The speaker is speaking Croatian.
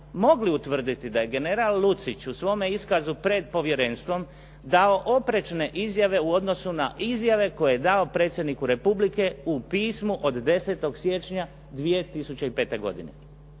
mogli utvrditi da je general Lucić u svome iskazu pred Povjerenstvom dao oprečne izjave u odnosu na izjave koje je dao Predsjedniku Republike u pismu od 10. siječnja 2005. godine.